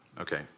Okay